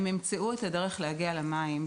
הם ימצאו את הדרך להגיע למים.